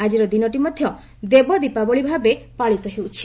ଆଜି ଦିନଟି ମଧ୍ୟ ଦେବଦୀପାବଳି ଭାବେ ପାଳିତ ହେଉଛି